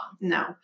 no